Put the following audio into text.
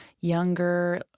younger –